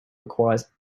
requires